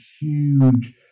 huge